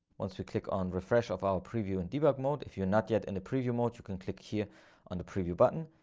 once you click on refresh of our preview and debug mode, if you're not yet in the preview mode, you can click here on the preview button.